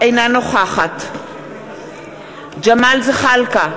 אינה נוכחת ג'מאל זחאלקה,